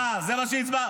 אה, זה מה שהצבעת?